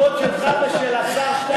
התשובות שלך ושל השר שטייניץ,